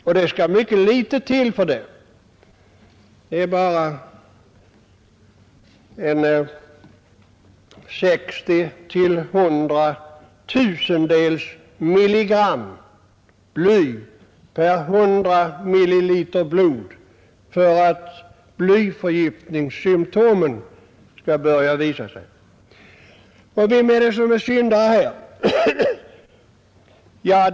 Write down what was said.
Och det skall ytterst litet till för det — det behövs bara 60—100 tusendels milligram bly per 100 milliliter blod för att blyförgiftningssymtomen skall börja visa sig. Och vem är det som är syndare här?